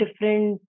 different